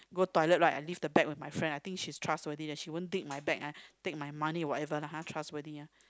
go toilet right I leave the bag with my friend I think she's trustworthy then she won't dig my bag ah take my money whatever lah ha trustworthy ah